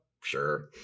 Sure